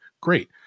Great